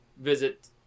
visit